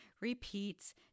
repeats